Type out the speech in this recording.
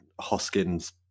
Hoskins